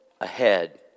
ahead